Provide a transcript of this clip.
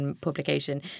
publication